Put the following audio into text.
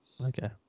Okay